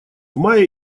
мае